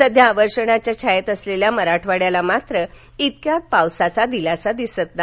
सध्या अवर्षणाच्या छायेत असलेल्या मराठवाड्याला मात्र इतक्यात पावसाचा दिलासा दिसत नाही